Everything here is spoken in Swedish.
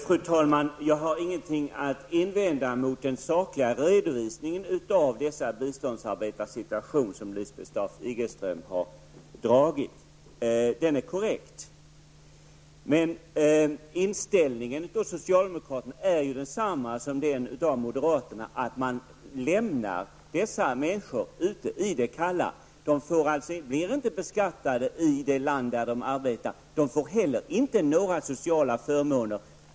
Fru talman! Jag har inget att invända mot den sakliga redovisningen av biståndsarbetarnas situation som Lisbeth Staaf-Igelström har gjort. Den är korrekt. Men inställningen hos socialdemokraterna är densamma som hos moderaterna, nämligen att man lämnar dessa människor ute i det kalla. De blir inte beskattade i det land där de arbetar, och de får inte heller några sociala förmåner.